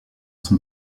son